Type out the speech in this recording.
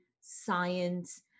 science